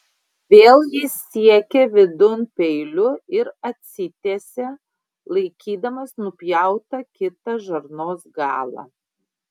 vėl jis siekė vidun peiliu ir atsitiesė laikydamas nupjautą kitą žarnos galą